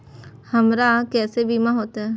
हमरा केसे बीमा होते?